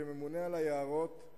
כממונה על היערות,